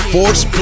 Force